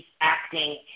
acting